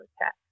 attack